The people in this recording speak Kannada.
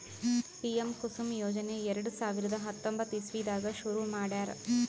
ಪಿಎಂ ಕುಸುಮ್ ಯೋಜನೆ ಎರಡ ಸಾವಿರದ್ ಹತ್ತೊಂಬತ್ತ್ ಇಸವಿದಾಗ್ ಶುರು ಮಾಡ್ಯಾರ್